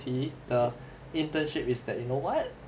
see the internship is that you know what